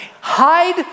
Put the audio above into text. hide